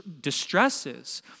distresses